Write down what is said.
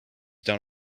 down